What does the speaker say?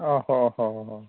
ᱚᱻ ᱦᱚᱸ ᱦᱚᱸ ᱦᱚᱸ